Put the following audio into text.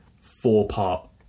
four-part